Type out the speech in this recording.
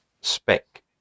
spec